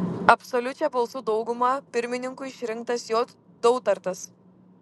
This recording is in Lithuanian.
absoliučia balsų dauguma pirmininku išrinktas j dautartas